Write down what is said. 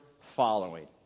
following